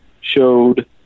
showed